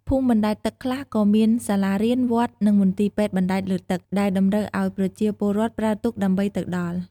ភូមិបណ្ដែតទឹកខ្លះក៏មានសាលារៀន វត្ត និងមន្ទីរពេទ្យបណ្ដែតលើទឹក ដែលតម្រូវឲ្យប្រជាពលរដ្ឋប្រើទូកដើម្បីទៅដល់។